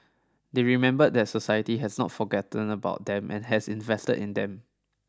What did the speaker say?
they remember that society has not forgotten about them and has invested in them